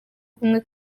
kumwe